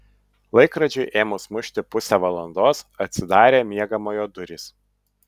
laikrodžiui ėmus mušti pusę valandos atsidarė miegamojo durys